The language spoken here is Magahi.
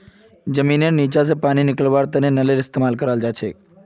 जमींनेर नीचा स पानी निकलव्वार तने नलेर इस्तेमाल कराल जाछेक